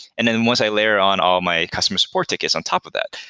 and then once i layer on all my customers for tickets on top of that,